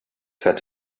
said